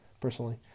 personally